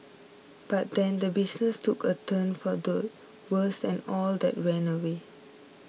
but then the business took a turn for the worse and all that went away